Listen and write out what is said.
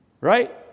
Right